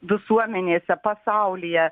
visuomenėse pasaulyje